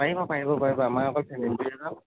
পাৰিব পাৰিব পাৰিব আমাৰ অকল ফেমেলিটোহে যাম